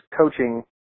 coaching